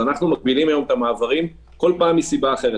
אנחנו מגבילים היום את המעברים כל פעם מסיבה אחרת,